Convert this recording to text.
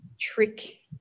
trick